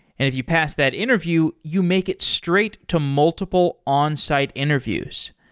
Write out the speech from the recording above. if you pass that interview, you make it straight to multiple onsite interviews.